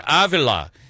Avila